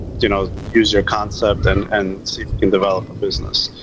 you know, use your concept and and see if you can develop a business.